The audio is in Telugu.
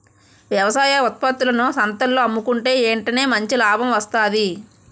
వ్యవసాయ ఉత్త్పత్తులను సంతల్లో అమ్ముకుంటే ఎంటనే మంచి లాభం వస్తాది